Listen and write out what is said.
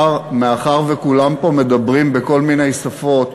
מאחר שכולם פה מדברים בכל מיני שפות,